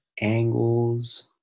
angles